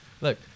Look